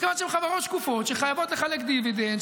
מכיוון שהם חברות שקופות שחייבות לחלק דיבידנד,